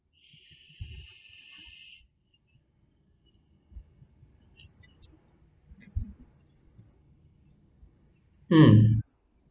um